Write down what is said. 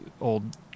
old